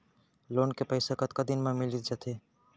Loan के पइसा कतका दिन मा मिलिस जाथे?